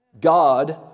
God